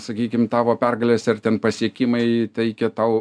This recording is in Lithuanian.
sakykim tavo pergalės ar ten pasiekimai teikia tau